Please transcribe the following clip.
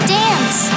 dance